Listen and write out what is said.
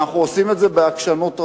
ואנחנו עושים את זה בעקשנות רבה?